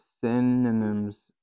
synonyms